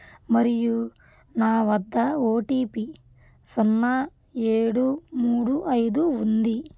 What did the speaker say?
మరియు నా వద్ద ఓ టీ పీ సున్నా ఏడు మూడు ఐదు ఉంది